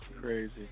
Crazy